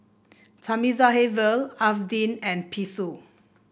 Thamizhavel Arvind and Peyush